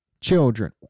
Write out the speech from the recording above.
children